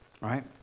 Right